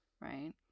Right